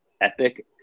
ethic